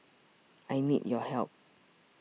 I need your help